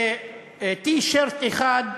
לטי-שירט אחד,